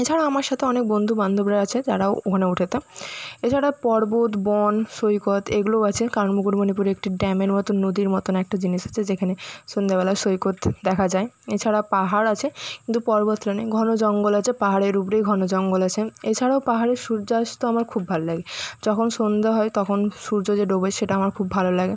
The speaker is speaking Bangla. এছাড়াও আমার সাথে অনেক বন্ধু বান্ধবরা আছে তারাও ওখানে ওঠাতে এছাড়া পর্বত বন সৈকত এগুলোও আছে কারণ মুকুটমণিপুর একটি ড্যামের মতোন নদীর মতোন একটা জিনিস আছে যেখানে সন্ধ্যাবেলায় সৈকত দেখা যায় এছাড়া পাহাড় আছে কিন্তু পর্বতটা নেই ঘন জঙ্গল আছে পাহাড়ের উপরে ঘন জঙ্গল আছে এছাড়াও পাহাড়ের সূর্যাস্ত আমার খুব ভালো লাগে যখন সন্ধে হয় তখন সূর্য যে ডোবে সেটা আমার খুব ভালো লাগে